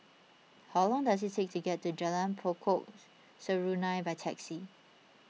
how long does it take to get to Jalan Pokok Serunai by taxi